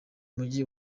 mujyi